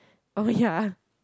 oh ya